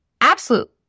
absolute